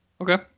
Okay